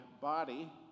body